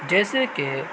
جیسے کہ